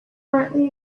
currently